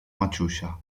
maciusia